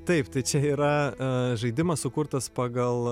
taip tai čia yra žaidimas sukurtas pagal